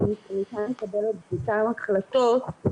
שניתן לקבל בעיקר החלטות,